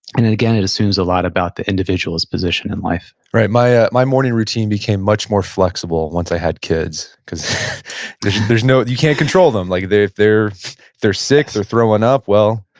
and then again, it assumes a lot about the individual's position in life right. my ah my morning routine became much more flexible once i had kids, because there's no, you can't control them. like, if they're they're sick, they're throwing up, well,